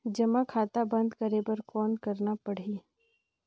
जमा खाता बंद करे बर कौन करना पड़ही?